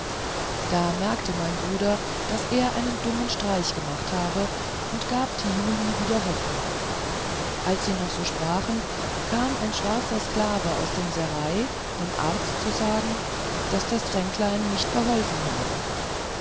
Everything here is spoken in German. da merkte mein bruder daß er einen dummen streich gemacht habe und gab thiuli wieder hoffnung als sie noch so sprachen kam ein schwarzer sklave aus dem serail dem arzt zu sagen daß das tränklein nicht geholfen habe